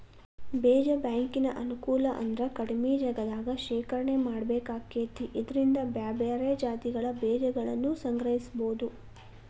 ಬೇಜ ಬ್ಯಾಂಕಿನ ಅನುಕೂಲ ಅಂದ್ರ ಕಡಿಮಿ ಜಗದಾಗ ಶೇಖರಣೆ ಮಾಡ್ಬೇಕಾಕೇತಿ ಇದ್ರಿಂದ ಬ್ಯಾರ್ಬ್ಯಾರೇ ಜಾತಿಗಳ ಬೇಜಗಳನ್ನುಸಂಗ್ರಹಿಸಬೋದು